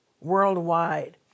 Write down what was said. worldwide